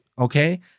Okay